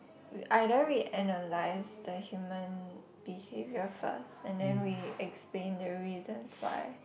either we analyze the human behavior first and then we explain the reasons why